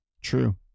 True